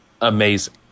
amazing